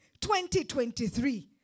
2023